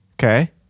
Okay